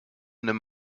nimm